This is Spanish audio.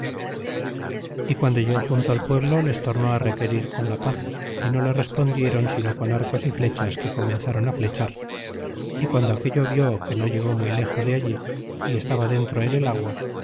e guando llegó junto al pueblo les tomó á requerir con la paz y no le respondieron sino con arcos y flechas que comenzaron a flechar y guando aquello que no llegó muy lexos de allí y estaba dentro en el agua